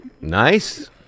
nice